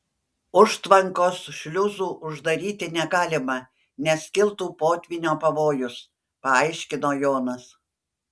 užtvankos šliuzų uždaryti negalima nes kiltų potvynio pavojus paaiškino jonas